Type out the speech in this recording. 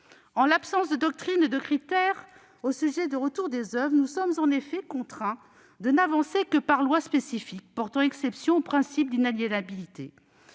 En l'absence de doctrine et de critères au sujet du retour des oeuvres, nous sommes en effet contraints de n'avancer que par lois spécifiques portant exception au principe d'inaliénabilité.